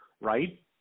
right